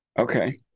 Okay